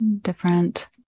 Different